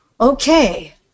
Okay